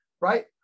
right